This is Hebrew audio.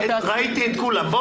הוא